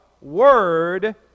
Word